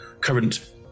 current